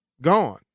gone